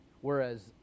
whereas